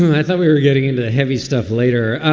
i thought we were getting into heavy stuff later.